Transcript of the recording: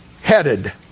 headed